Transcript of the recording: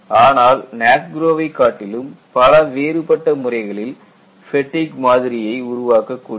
ஆனால் NASGRO வை காட்டிலும் பல வேறுபட்ட முறைகளில் ஃபேட்டிக் மாதிரியை உருவாக்கக்கூடியது